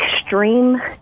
extreme